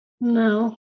no